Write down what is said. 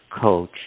coach